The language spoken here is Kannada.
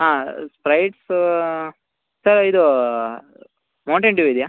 ಹಾಂ ಸ್ಪ್ರೈಟ್ಸೂ ಸರ್ ಇದು ಮೋಂಟೇನ್ ಡ್ಯೂ ಇದೆಯಾ